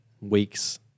weeks